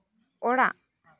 ᱚᱲᱟᱜ